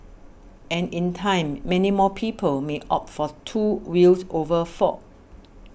and in time many more people may opt for two wheels over four